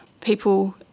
people